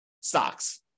stocks